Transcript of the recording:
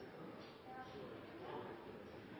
jeg. Så